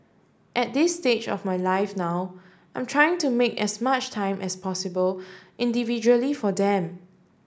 at this stage of my life now I'm trying to make as much time as possible individually for them